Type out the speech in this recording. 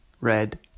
Red